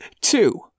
Two